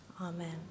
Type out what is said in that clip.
amen